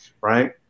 right